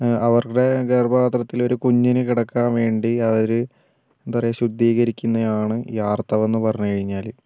അവരുടെ ഗർഭപാത്രത്തിൽ ഒരു കുഞ്ഞിനു കിടക്കാൻ വേണ്ടി അവർ എന്താ പറയുക ശുദ്ധീകരിക്കുന്നതായാണ് ഈ ആർത്തവം എന്ന് പറഞ്ഞു കഴിഞ്ഞാൽ